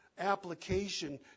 application